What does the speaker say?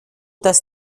dass